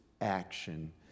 action